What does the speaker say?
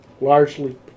Largely